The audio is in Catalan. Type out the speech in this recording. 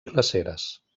glaceres